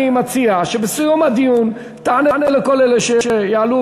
אני מציע שבסיום הדיון תענה לכל אלה שיעלו